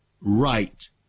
right